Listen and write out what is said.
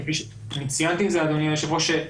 כפי שציינתי את זה, אדוני היושב ראש,